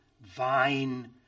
vine